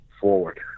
forward